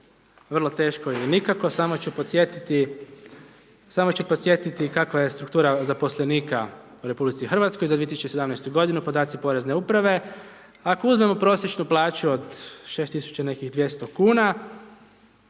vrlo teško ili nikako, samo ću podsjetiti kakva je struktura zaposlenika u RH za 2017. godinu podaci porezne uprave. Ako uzmemo prosječnu plaću od 6200 kuna,